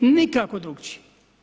Nikako drukčije.